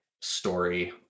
story